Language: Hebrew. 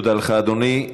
תודה לך, אדוני.